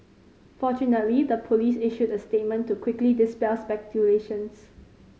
fortunately the police issued a statement to quickly dispel speculations